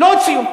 לא, לא הוציאו.